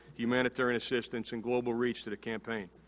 humanitarian assistance, and global reach to the campaign.